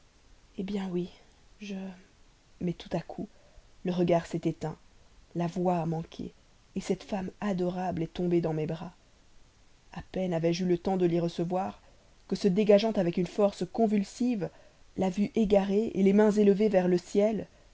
eh bien oui je mais tout à coup le regard s'est éteint la voix a manqué cette femme adorable est tombée dans mes bras a peine avais-je eu le temps de l'y recevoir que se dégageant avec une force convulsive la vue égarée les mains élevées vers le ciel